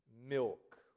milk